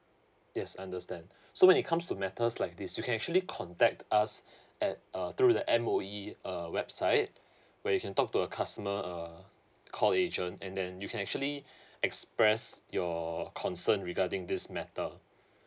yes understand so when it comes to matters like this you can actually contact us at uh through the M_O_E uh website where you can talk to a customer uh call agent and then you can actually express your concern regarding this matter